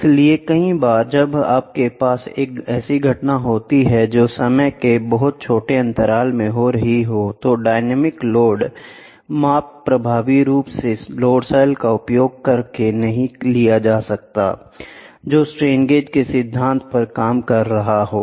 इसलिए कई बार जब आपके पास एक ऐसी घटना होती है जो समय के बहुत छोटे अंतराल पर हो रही होती है तो डायनेमिक लोड माप प्रभावी रूप से लोड सेल का उपयोग करके नहीं किया जा सकता है जो स्ट्रेन गेज के सिद्धांत पर काम कर रहा है